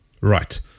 Right